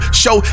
show